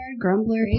Grumbler